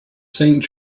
saint